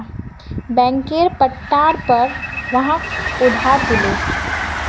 बैंकेर पट्टार पर वहाक उधार दिले